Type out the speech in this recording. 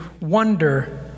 wonder